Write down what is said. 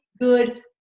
good